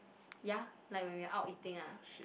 ya like when we out eating ah